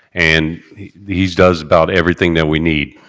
and he does about everything that we need.